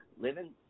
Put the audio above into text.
living